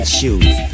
shoes